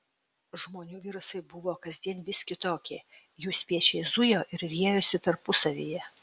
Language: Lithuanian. žmonių virusai buvo kasdien vis kitokie jų spiečiai zujo ir riejosi tarpusavyje